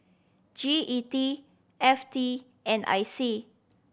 G E D F T and I C